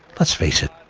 let's face it.